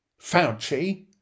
Fauci